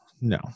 no